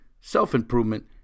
self-improvement